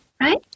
right